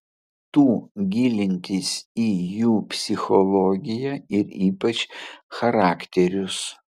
tų gilintis į jų psichologiją ir ypač charakterius